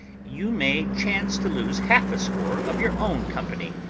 you may chance to lose half-a-score of your own company,